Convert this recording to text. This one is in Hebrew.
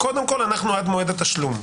קודם כל אנחנו עד מועד התשלום.